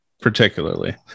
particularly